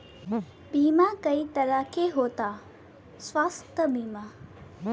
बीमा कई तरह के होता स्वास्थ्य बीमा?